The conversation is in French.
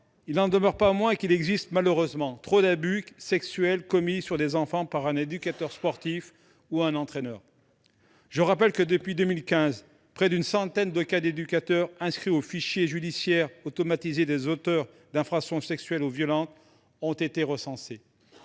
Il n'en demeure pas moins qu'il existe malheureusement trop d'abus sexuels commis sur des enfants par un éducateur sportif ou un entraîneur. Je rappelle que, depuis 2015, près d'une centaine de cas d'éducateurs inscrits au fichier judiciaire automatisé des auteurs d'infractions sexuelles ou violentes ont été recensés.